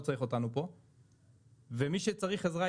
לא צריך אותנו פה ומי שצריך עזרה,